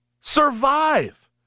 Survive